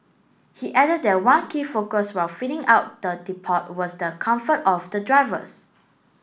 he added that one key focus when fitting out the depot was the comfort of the drivers